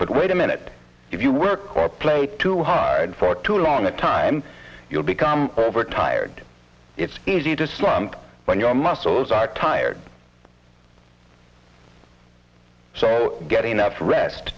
but wait a minute if you work or play too hard for too long a time you'll become overtired it's easy to slump when your muscles are tired so get enough rest